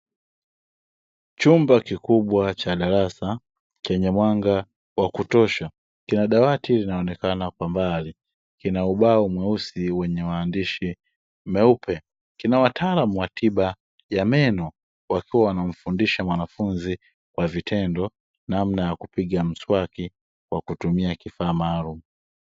Chumba kikubwa cha darasa chenye mwanga wa kutosha, kina dawati linaonekana kwa mbali, kina ubao mweusi wenye maandishi meupe. Kina wataalamu wa tiba ya meno wakiwa wanamfundisha mwanafunzi kwa vitendo namna ya kupiga mswaki kwa kutumia kifaa maalumu.